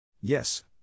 Yes